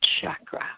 chakra